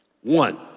One